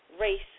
race